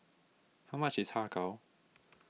how much is Har Kow